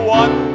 one